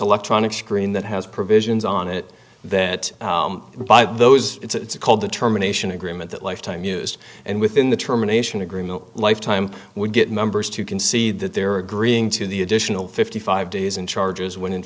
electronic screen that has provisions on it that by those it's called determination agreement that lifetime used and within the termination agreement lifetime would get members to concede that they're agreeing to the additional fifty five days in charges when in